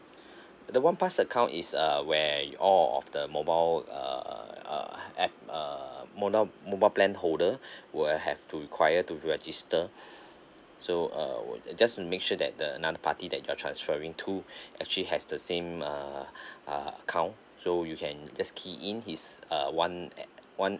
the one pass account is uh where all of the mobile err err app uh mobile mobile plan holder will have to require to register so uh just to make sure that the another party that you're transferring to actually has the same uh uh account so you can just key in his uh one acc~ one